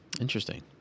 Interesting